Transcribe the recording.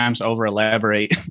over-elaborate